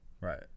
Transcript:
right